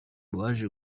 baje